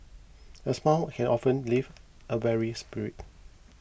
a smile can often lift up a weary spirit